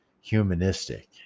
humanistic